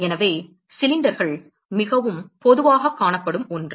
எனவே சிலிண்டர்கள் மிகவும் பொதுவாகக் காணப்படும் ஒன்று